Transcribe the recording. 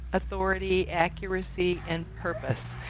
authority, accuracy, and purpose.